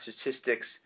statistics